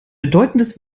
bedeutendes